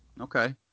Okay